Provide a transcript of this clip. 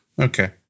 Okay